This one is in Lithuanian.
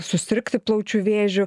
susirgti plaučių vėžiu